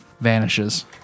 vanishes